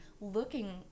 looking